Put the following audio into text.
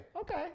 Okay